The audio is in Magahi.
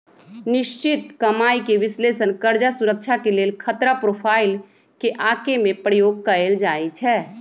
निश्चित कमाइके विश्लेषण कर्जा सुरक्षा के लेल खतरा प्रोफाइल के आके में प्रयोग कएल जाइ छै